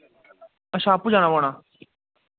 अच्छा आपूं जाना पौना